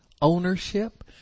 ownership